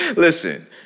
listen